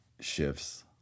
shifts